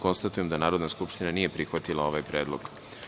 Konstatujem da Narodna skupština nije prihvatila ovaj predlog.